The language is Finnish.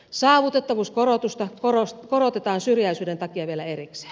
saavutettavuuskorotusta korotetaan syrjäisyyden takia vielä erikseen